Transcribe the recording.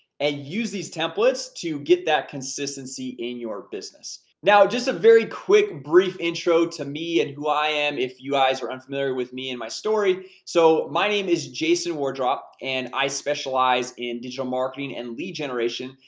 and use these templates to get that consistency in your business. now, just a very quick brief intro to me and who i am, if you guys are unfamiliar with me and my story. so my name is jason wardrop, and i specialize in digital marketing and lead generation,